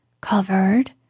covered